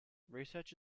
research